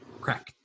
crack